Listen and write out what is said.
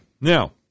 now